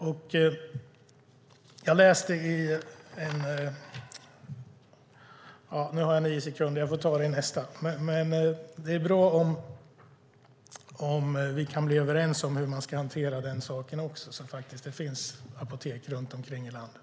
Jag har bara nio sekunder talartid kvar, så jag får ta det i nästa replik. Det är dock bra om vi kan bli överens om hur vi ska hantera också den saken, så att det faktiskt finns apotek runt omkring i landet.